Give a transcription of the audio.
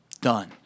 done